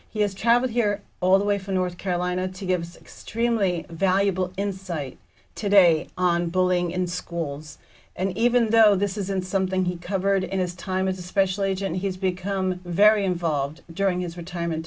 he has traveled here all the way from north carolina to give us extremely valuable insight today on bullying in schools and even though this isn't something he covered in his time as a special agent he's become very involved during his retirement